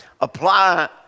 apply